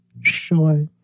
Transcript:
Sure